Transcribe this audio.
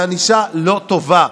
היא ענישה לא טובה.